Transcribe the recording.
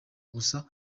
gusa